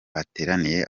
bateraniye